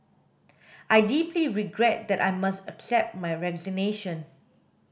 I deeply regret that I must accept your resignation